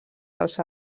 dels